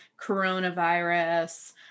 coronavirus